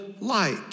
light